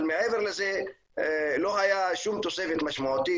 אבל מעבר לזה לא הייתה שום תוספת משמעותית.